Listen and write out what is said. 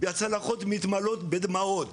והצלחות מתמלאות בדמעות